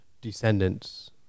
descendants